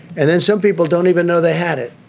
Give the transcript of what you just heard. and then some people don't even know they had it.